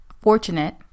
fortunate